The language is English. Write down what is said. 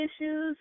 issues